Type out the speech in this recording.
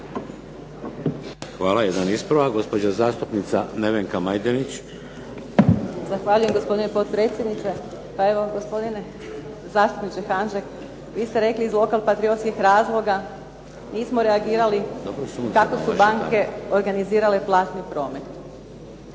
Hvala. Jedan ispravak, gospođa zastupnica Nevenka Majdenić. **Majdenić, Nevenka (HDZ)** Zahvaljujem gospodine potpredsjedniče. Pa evo gospodine zastupniče Hanžek vi ste rekli iz lokal patriotskih razloga nismo reagirali kako su banke organizirale platni promet.